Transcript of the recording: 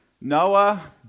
Noah